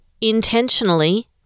intentionally